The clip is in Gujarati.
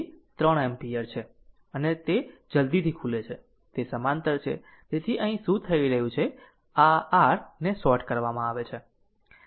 અને જલદી તે ખુલે છે તે સમાંતર છે તેથી અહીં શું થઈ રહ્યું છે કે આ r ને શોર્ટ કરવામાં આવે છે